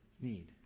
need